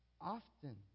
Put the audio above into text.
often